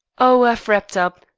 oh, i've wrapped up.